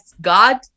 God